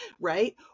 right